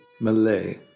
Malay